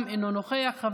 גם הוא אינו נוכח.